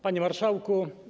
Panie Marszałku!